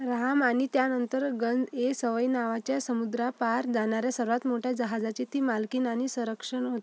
राहम आणि त्यानंतर गंज ए सवाई नावाच्या समुद्रापार जाणार्या सर्वात मोठ्या जहाजाची ती मालकीण आणि संरक्षक होती